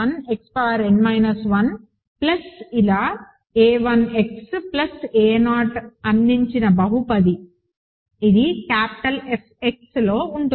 a1x a0 అందించిన బహుపది ఇది క్యాపిటల్ F Xలో ఉంటుంది